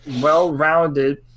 well-rounded